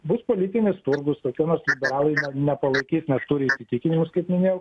bus politinis turgus kokie nors liberalai nepalaikys nes turi įsitikinimus kaip minėjau